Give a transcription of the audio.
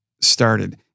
started